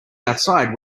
outside